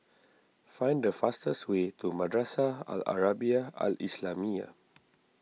find the fastest way to Madrasah Al Arabiah Al Islamiah